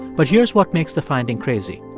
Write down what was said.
but here's what makes the finding crazy.